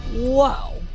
whoa.